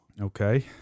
Okay